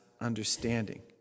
understanding